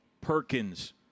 Perkins